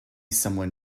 someone